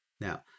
Now